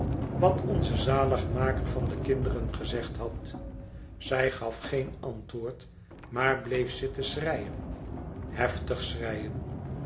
wat onze zaligmaker van de kinderen gezegd had zij gaf geen antwoord maar bleef zitten schreien heftig